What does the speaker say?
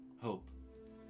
hope